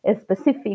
specific